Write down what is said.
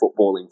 footballing